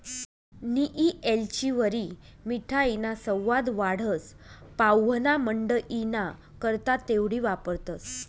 नियी येलचीवरी मिठाईना सवाद वाढस, पाव्हणामंडईना करता तेवढी वापरतंस